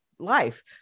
life